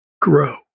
grow